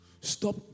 stop